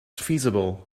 feasible